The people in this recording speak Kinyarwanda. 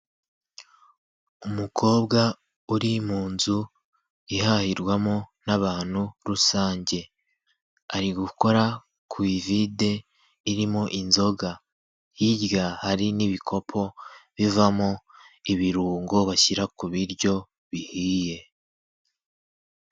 Umukobwa uri mu nzu ihahirwamo n'abantu rusange ari gukora ku ivide irimo inzoga hirya hari n'ibikopo bivamo ibirungo bashyira ku biryo bihiye.